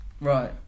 right